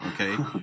okay